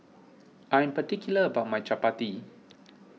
I'm particular about my Chapati